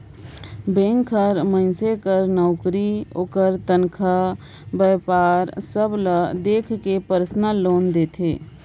bank हर मइनसे कर नउकरी, ओकर तनखा, बयपार सब ल देख के परसनल लोन देथे